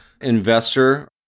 investor